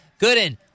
Gooden